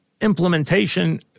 implementation